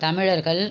தமிழர்கள்